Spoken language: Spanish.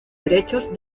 derechos